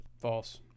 false